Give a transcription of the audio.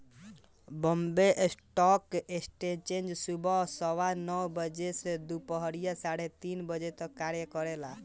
Bombay stock exchange सुबह सवा नौ बजे से दूपहरिया साढ़े तीन तक कार्य करेला